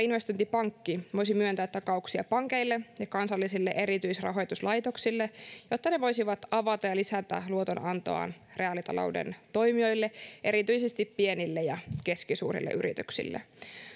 investointipankki voisi myöntää takauksia pankeille ja kansallisille erityisrahoituslaitoksille jotta ne voisivat avata ja lisätä luotonantoaan reaalitalouden toimijoille erityisesti pienille ja keskisuurille yrityksille